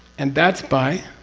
and that's by?